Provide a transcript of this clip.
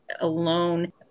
alone